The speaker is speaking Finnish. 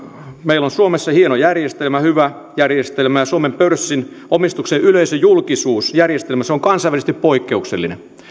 meillä on suomessa hieno järjestelmä hyvä järjestelmä ja suomen pörssin omistuksen yleisöjulkisuusjärjestelmä on kansainvälisesti poikkeuksellinen